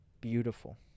Beautiful